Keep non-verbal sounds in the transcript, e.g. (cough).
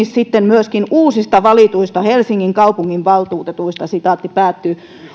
(unintelligible) sitten myöskin uusista valituista helsingin kaupunginvaltuutetuista